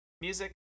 music